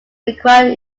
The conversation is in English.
require